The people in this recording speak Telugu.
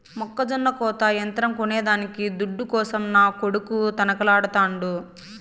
మొక్కజొన్న కోత యంత్రం కొనేదానికి దుడ్డు కోసం నా కొడుకు తనకలాడుతాండు